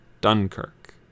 Dunkirk